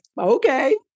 Okay